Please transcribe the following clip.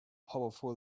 powerful